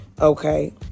okay